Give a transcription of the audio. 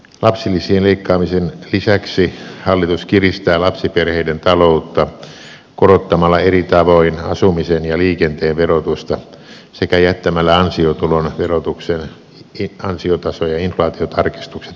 lapsilisien leikkaamisen lisäksi hallitus kiristää lapsiperheiden taloutta korottamalla eri tavoin asumisen ja liikenteen verotusta sekä jättämällä ansiotulon verotuksen ansiotaso ja inflaatiotarkistukset tekemättä